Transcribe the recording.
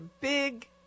big